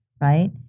right